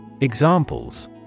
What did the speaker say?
Examples